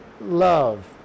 love